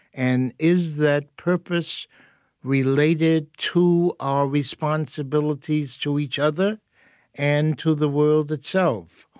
and is that purpose related to our responsibilities to each other and to the world itself?